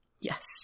Yes